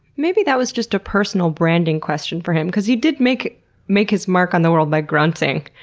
maybe that was just a personal branding question for him because he did make make his mark on the world by grunting,